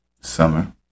summer